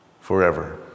forever